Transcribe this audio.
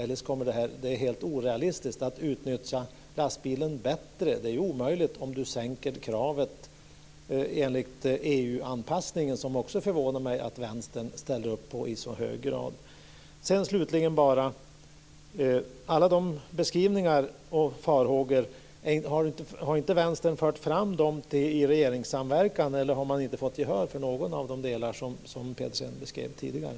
Det är helt orealistiskt att tro att lastbilen utnyttjas bättre om man sänker kravet enligt EU anpassningen, som det också förvånar mig att Vänstern ställer upp på i så hög grad. Slutligen undrar jag om inte Vänstern har fört fram alla sina beskrivningar och farhågor i regeringssamverkan. Eller är det så att man inte har fått gehör för någon av de delar som Pedersen beskrev tidigare?